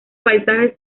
paisajes